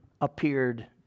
appeared